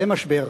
זה משבר.